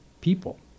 people